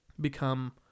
become